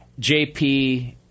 JP